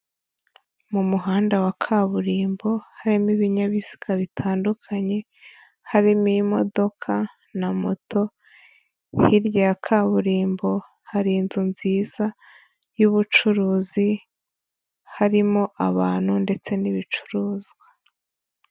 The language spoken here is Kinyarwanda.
Mu muhanda wa kaburimbo harimo ibinyabiziga bitandukanye, harimo imodoka na moto; hirya ya kaburimbo hari inzu nziza y'ubucuruzi, harimo abantu ndetse n'ibicuruzwa.